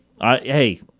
Hey